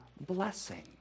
blessing